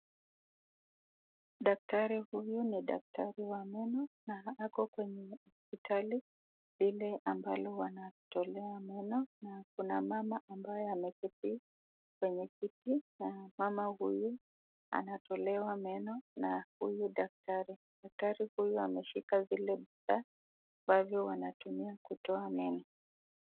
Daktari huyu ni daktari wa meno na ako kwenye hospitali ile ambalo wanatolea meno. Kuna mama ambaye ameketi kwenye kiti na mama huyu anatolewa meno na huyu daktari, daktari huyu ameshika ile bidhaa ambazo wanatumia kutolea meno.